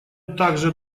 также